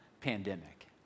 pandemic